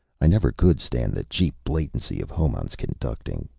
i never could stand the cheap blatancy of hohmann's conducting.